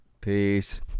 Peace